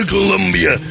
Colombia